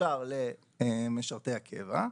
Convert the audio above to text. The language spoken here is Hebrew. משורשר למשרתי הקבע,